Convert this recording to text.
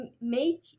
make